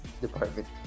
department